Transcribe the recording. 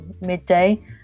midday